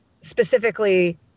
specifically